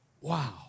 Wow